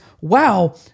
wow